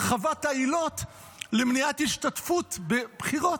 הרחבת העילות למניעת השתתפות בבחירות.